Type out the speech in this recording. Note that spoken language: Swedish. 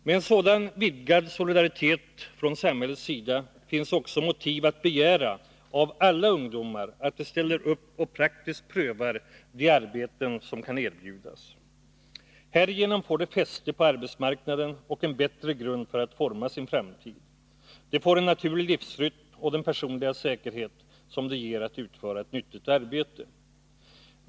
Med en sådan vidgad solidaritet från samhällets sida finns också motiv att begära av alla ungdomar att de ställer upp och praktiskt prövar de arbeten som kan erbjudas. Härigenom får ungdomarna fäste på arbetsmarknaden och en bättre grund för att forma sin framtid. De får en naturlig livsrytm och den personliga säkerhet som utförandet av ett nyttigt arbete ger.